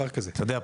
יודע,